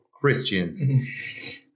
christians